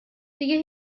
دیگه